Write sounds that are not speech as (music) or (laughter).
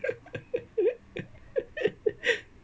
(laughs)